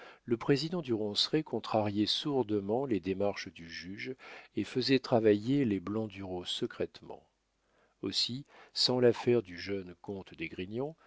le président du ronceret contrariait sourdement les démarches du juge et faisait travailler les blandureau secrètement aussi sans l'affaire du jeune comte d'esgrignon